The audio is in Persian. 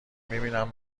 میبینیم